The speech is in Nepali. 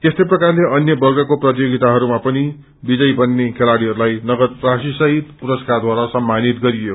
यस्तै प्रकारले अन्य वर्गको प्रतियोगिताइरूमा विजयी बन्ने खेलाड़ीहरूलाई पनि नगद राशि सहित पुरस्कारद्वारा सम्मानित गरियो